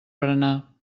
berenar